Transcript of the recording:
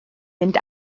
mynd